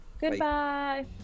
Goodbye